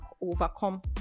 overcome